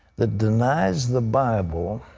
that denies the bible,